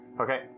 Okay